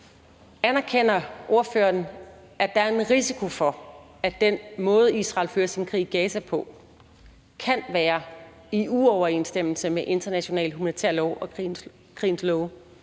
Anerkender ordføreren, at der er en risiko for, at den måde, Israel fører sin krig i Gaza på, kan være i uoverensstemmelse med international humanitær lov og krigens love?